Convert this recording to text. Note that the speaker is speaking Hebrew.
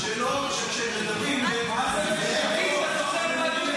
אנשים שכשמדברים --- מדברים בכבוד.